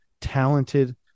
talented